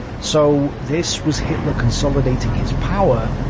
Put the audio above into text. so this was hitler consolidating his power,